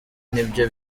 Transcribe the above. nibyo